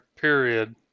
period